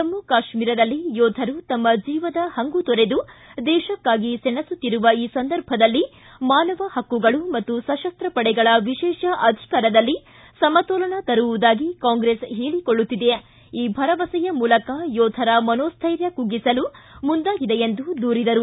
ಜಮ್ಮಕಾಶ್ವೀರದಲ್ಲಿ ಯೋಧರು ತಮ್ಮ ಜೀವದ ಹಂಗು ತೊರೆದು ದೇಶಕ್ಕಾಗಿ ಸೆಣಸುತ್ತಿರುವ ಈ ಸಂದರ್ಭದಲ್ಲಿ ಮಾನವ ಹಕ್ಕುಗಳು ಮತ್ತು ಸಶಸ್ತ ಪಡೆಗಳ ವಿಶೇಷ ಅಧಿಕಾರದಲ್ಲಿ ಸಮತೋಲನ ತರುವದಾಗಿ ಕಾಂಗ್ರೆಸ್ ಹೇಳಿಕೊಳ್ಳುತ್ತಿದೆ ಈ ಭರವಸೆಯ ಮೂಲಕ ಯೋಧರ ಮನೋಶ್ವೈರ್ಯ ಕುಗ್ಗಿಸಲು ಮುಂದಾಗಿದೆ ಎಂದು ದೂರಿದರು